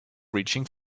reaching